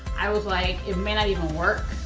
i was like, it may not even work,